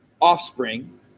offspring